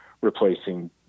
replacing